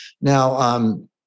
now